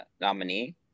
nominee